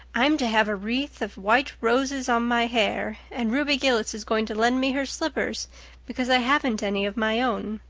i'm to have a wreath of white roses on my hair and ruby gillis is going to lend me her slippers because i haven't any of my own.